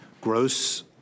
gross